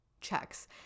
checks